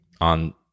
on